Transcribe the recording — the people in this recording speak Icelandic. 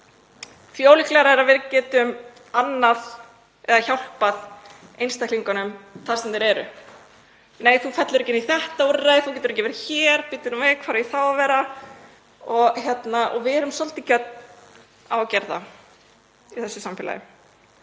því ólíklegra er að við getum hjálpað einstaklingunum þar sem þeir eru. — Nei, þú fellur ekki inn í þetta úrræði, þú getur ekki verið hér. Bíddu nú við, hvar á ég þá að vera? — Við erum svolítið gjörn á að gera það í þessu samfélagi.